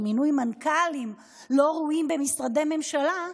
על מינוי מנכ"לים לא ראויים במשרדי הממשלה,